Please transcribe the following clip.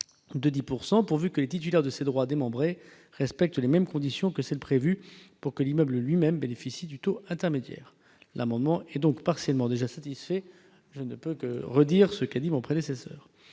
de 10 %, pourvu que les titulaires de ces droits démembrés respectent les mêmes conditions que celles qui sont prévues pour que l'immeuble lui-même bénéficie du taux intermédiaire. L'amendement est donc partiellement déjà satisfait : je ne peux que confirmer les propos de mon prédécesseur.